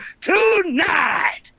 tonight